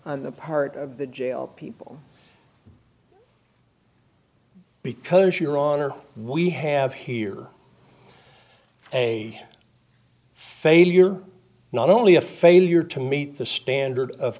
on the part of the jail people because your honor we have here a failure not only a failure to meet the standard of